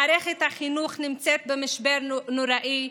מערכת החינוך נמצאת במשבר נוראי,